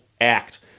act